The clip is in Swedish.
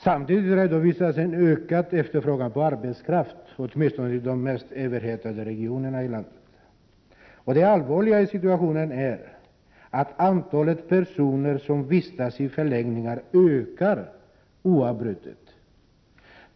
Samtidigt redovisas en ökad efterfrågan på arbetskraft, åtminstone i de mest överhettade regionerna i landet. Det allvarliga i situationen är att antalet personer som vistas i förläggningar ökar oavbrutet.